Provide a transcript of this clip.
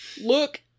look